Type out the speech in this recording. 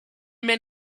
men